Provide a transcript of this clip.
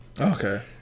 Okay